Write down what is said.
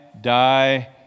die